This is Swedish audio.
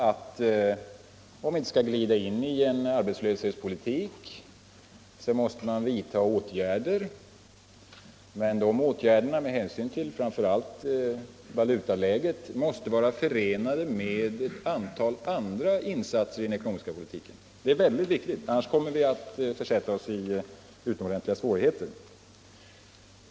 Om vi inte skall glida in i en arbetslöshetspolitik måste det vidtas åtgärder. Dessa åtgärder måste med hänsyn till framför allt valutaläget vara förenade med ett antal andra insatser i den ekonomiska politiken. Annars kommer vi att försätta oss i utomordentliga svårigheter.